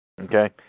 Okay